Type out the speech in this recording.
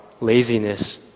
laziness